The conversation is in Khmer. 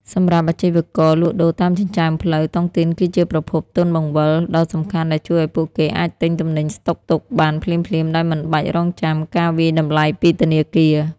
សម្រាប់អាជីវករលក់ដូរតាមចិញ្ចើមផ្លូវ តុងទីនគឺជាប្រភព "ទុនបង្វិល" ដ៏សំខាន់ដែលជួយឱ្យពួកគេអាចទិញទំនិញស្តុកទុកបានភ្លាមៗដោយមិនបាច់រង់ចាំការវាយតម្លៃពីធនាគារ។